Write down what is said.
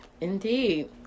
indeed